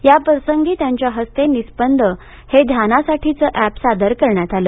या प्रसंगी त्यांच्या हस्ते निस्पंद हे ध्यानासाठीचं अॅपप सादर करण्यात आलं